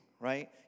Right